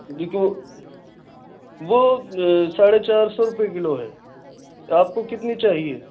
وہ ساڑھے چار سو روپیے کلو ہے آپ کو کتنی چاہیے